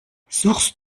suchst